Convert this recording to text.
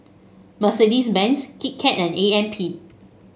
Mercedes Benz Kit Kat and A M P